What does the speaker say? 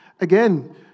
Again